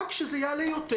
רק שזה יעלה יותר,